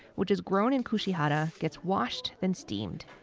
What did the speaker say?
which is grown in kushihara, gets washed, then steamed.